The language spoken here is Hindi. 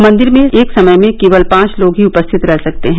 मंदिर में एक समय में केवल पांच लोग ही उपस्थित रह सकते हैं